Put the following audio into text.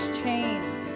chains